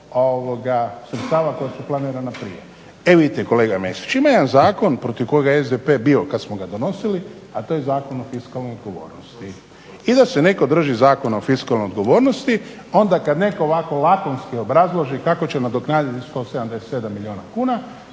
sredstava koja su planirana prije. E vidite kolega Mesiću. Ima jedan zakon protiv kojega je SDP bio kada smo ga donosili a to je Zakon o fiskalnoj odgovornosti. I da se netko drži Zakona o fiskalnoj odgovornosti, onda kada netko ovako lakonski obrazloži kako će nadoknaditi 177 milijuna kuna